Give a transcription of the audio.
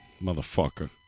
motherfucker